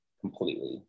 completely